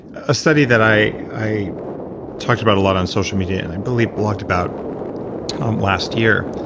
a study that i i talked about a lot on social media and i believe blogged about um last year.